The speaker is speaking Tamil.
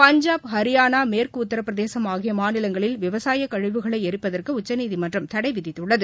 பஞ்சாப் ஹரியானா மேற்கு உத்தரபிரதேசம் ஆகிய மாநிலங்களில் விவசாயக் கழிவுகளை எரிப்பதற்கு உச்சநீதிமன்றம் தடை விதித்துள்ளது